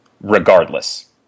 regardless